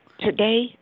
Today